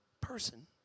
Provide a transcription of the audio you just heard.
person